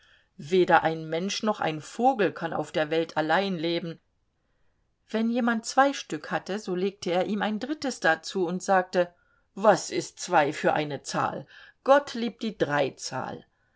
weder ein mensch noch ein vogel kann auf der welt allein leben wenn jemand zwei stück hatte so legte er ihm ein drittes dazu und sagte was ist zwei für eine zahl gott liebt die dreizahl